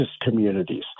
communities